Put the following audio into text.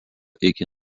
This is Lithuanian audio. iki